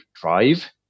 drive